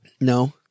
no